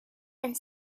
and